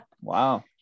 Wow